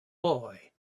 boy